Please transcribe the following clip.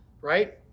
right